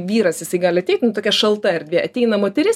vyras jisai gali ateit nu tokia šalta erdvė ateina moteris